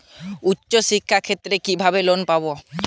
উচ্চশিক্ষার ক্ষেত্রে কিভাবে লোন পাব?